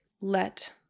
let